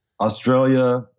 Australia